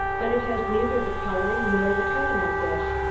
but it has neither the coloring nor the cutting of this.